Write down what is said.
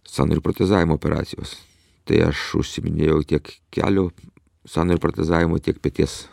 sąnarių protezavimo operacijos tai aš užsiiminėjau tiek kelių sąnarių protezavimo tiek peties